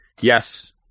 yes